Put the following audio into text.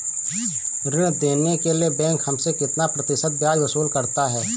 ऋण देने के लिए बैंक हमसे कितना प्रतिशत ब्याज वसूल करता है?